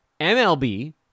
MLB